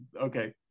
okay